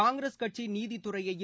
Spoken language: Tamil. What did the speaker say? காங்கிரஸ் கட்சி நீதித்துறையையும்